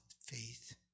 faith